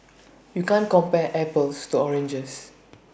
you can't compare apples to oranges